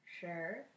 sure